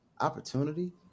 opportunity